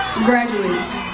graduates